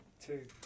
two